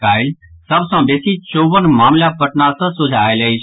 काल्हि सभ सँ बेसी चौवन मामिला पटना सँ सोझा आयल अछि